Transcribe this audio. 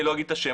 לא אגיד את שמו,